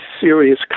serious